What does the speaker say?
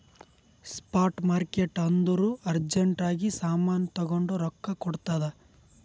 spot market ಅಂದುರ್ urgent ಆಗಿ ಸಾಮಾನ್ ತಗೊಂಡು ರೊಕ್ಕಾ ಕೊಡ್ತುದ್